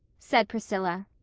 said priscilla.